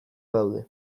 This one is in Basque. badaude